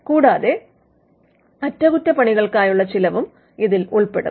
കൂടാതെ അറ്റകുറ്റപണികൾക്കായുള്ള ചിലവും ഇതിൽ ഉൾപ്പെടും